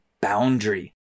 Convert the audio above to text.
boundary